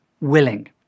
willing